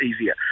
easier